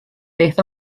beth